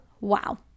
wow